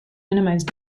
minimise